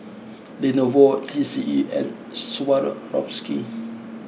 Lenovo three C E and Swarovski